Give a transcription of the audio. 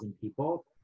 people